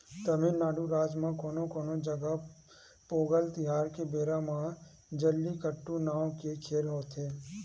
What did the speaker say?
तमिलनाडू राज म कोनो कोनो जघा पोंगल तिहार के बेरा म जल्लीकट्टू नांव के खेल होथे